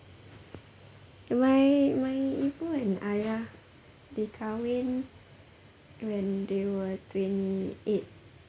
my my ibu and ayah they kahwin when they were twenty eight